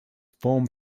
formed